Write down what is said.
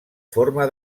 forma